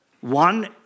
One